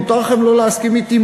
מותר לכם לא להסכים אתי,